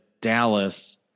dallas